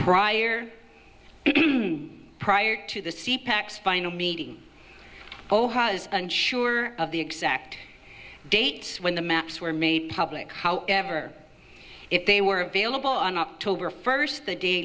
prior prior to the sea packs final meeting unsure of the exact dates when the maps were made public however if they were available on october first the